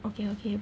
okay okay